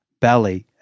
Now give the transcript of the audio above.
belly